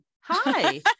hi